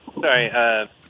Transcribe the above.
Sorry